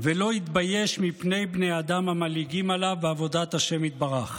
"ולא יתבייש מפני בני אדם המלעיגים עליו בעבודת ה' יתברך".